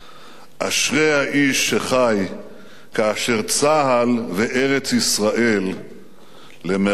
אשרי האיש שחי כאשר צה"ל וארץ-ישראל למראשותיו".